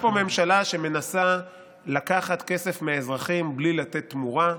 יש פה ממשלה שמנסה לקחת כסף מהאזרחים בלי לתת תמורה,